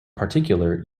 particular